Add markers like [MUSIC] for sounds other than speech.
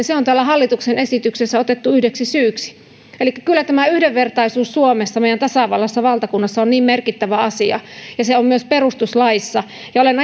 [UNINTELLIGIBLE] se on hallituksen esityksessä otettu yhdeksi syyksi elikkä kyllä tämä yhdenvertaisuus suomessa meidän tasavallassa valtakunnassa on niin merkittävä asia ja se on myös perustuslaissa olen [UNINTELLIGIBLE]